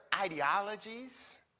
ideologies